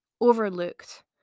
overlooked